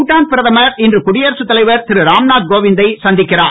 பூடான் பிரதமர் இன்று குடியரசு தலைவர் திரு ராம்நாத் கோவிந்தை சந்திக்கிறார்